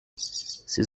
ses